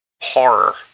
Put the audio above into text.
horror